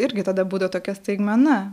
irgi tada būdavo tokia staigmena